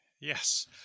Yes